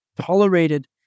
tolerated